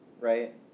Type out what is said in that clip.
right